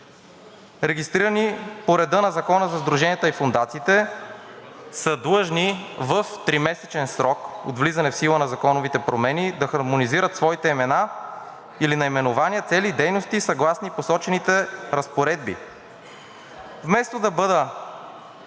регистрирани по реда на Закона за сдруженията и фондациите, са длъжни в тримесечен срок от влизане в сила на законовите промени да хармонизират своите имена или наименования, цели, дейности съгласно посочените разпоредби. „Вместо да бъдат